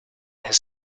has